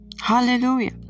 hallelujah